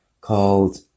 called